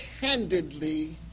candidly